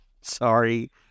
Sorry